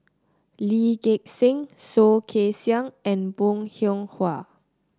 Lee Gek Seng Soh Kay Siang and Bong Hiong Hwa